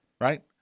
right